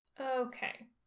Okay